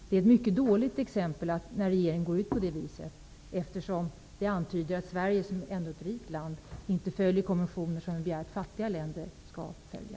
Det är ett mycket dåligt exempel att regeringen går ut med uttalanden på det viset, eftersom det antyder att Sverige -- som ändå är ett rikt land -- inte följer konventioner som vi begär att fattiga länder skall följa.